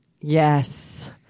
Yes